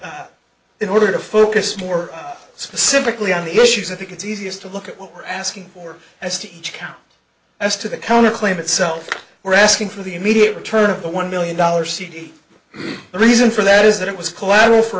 but in order to focus more specifically on the issues i think it's easiest to look at what we're asking for as to each count as to the counterclaim itself we're asking for the immediate return of the one million dollars cd the reason for that is that it was collateral for